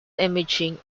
imaging